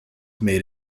made